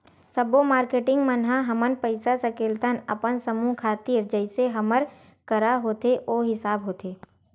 सब्बो मारकेटिंग मन ह हमन पइसा सकेलथन अपन समूह खातिर जइसे हमर करा होथे ओ हिसाब होथे